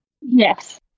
Yes